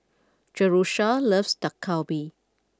Jerusha loves Dak Galbi